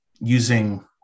using